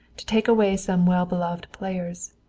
to take away some well-beloved players.